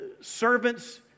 servants